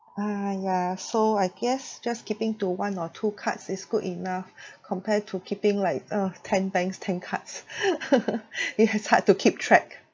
!aiya! so I guess just keeping to one or two cards is good enough compare to keeping like uh ten banks ten cards yes hard to keep track